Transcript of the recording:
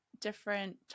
different